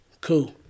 Cool